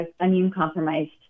immune-compromised